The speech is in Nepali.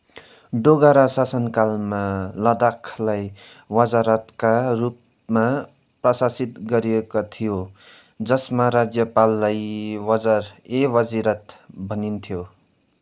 डोगरा शासनकालमा लद्दाखलाई वाजारातका रूपमा प्रशासित गरिएका थियो जसमा राज्यपाललाई वजार ए वाजिरात भनिन्थ्यो